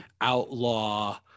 outlaw